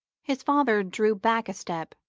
his father drew back a step,